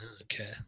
Okay